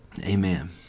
amen